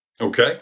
Okay